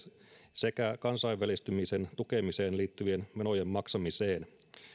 sekä kansainvälistymisen tukemiseen liittyvien menojen maksamiseen